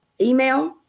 email